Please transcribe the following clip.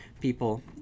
people